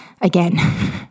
again